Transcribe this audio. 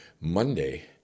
Monday